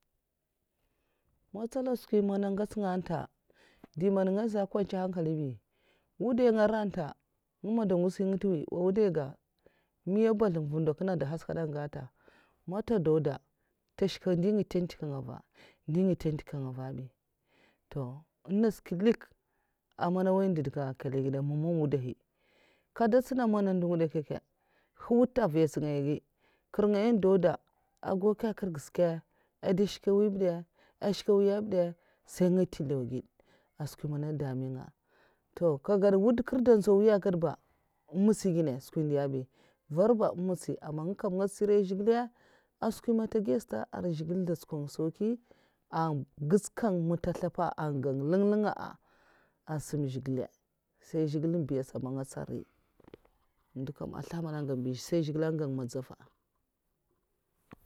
Uffff matsala skwi mana ngèts nga ntè dèh man nga zhè nkwancèhn hankali ba wudai nga aranta ngè mandangwazhi ngè ntèway wudai nga miyah bazlnga mvi dwè n nkinnè dèy nhaskada nga ngata auta dèw da ntè shkè ndè ndikan nga mva ndè ngèd ntè ndikan nga mva bi, to èhn nas nkilik amana nwoy ndèd ka ah nkilangèd nga mamwudahi nka ndè ntsuna mana ndu ngidè nkyènkyè ghuta mvan sungi ngaya ngè mwi nkrèngaya n dow da auga nkè nkèra gsè nka? Anda nshkè mwi bèda anshk mwiya mbudè sai ngè ntè nlèw ngèd skwin damiyè nga, toh nkagwod mwud nkèr nda nzau mwi ngada um mtsiy ngènna skwin ndiya mvar ba mètsinngana aman nga nkèm nga ntsiri n zhigilè an skwi nman ntè giyan' sata arai ndè ntsukgwan sauki anghiskan ntèzlan ba an ngwon nlèn'nlèn nga a asam zhigilè'a nsai zhigilè mbiya n' sa man nga ntsèn nriy ndo nkèm azlahan man an ngwan bi sai zhigilè ngwan madzafa'a.